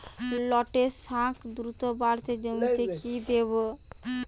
লটে শাখ দ্রুত বাড়াতে জমিতে কি দেবো?